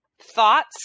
thoughts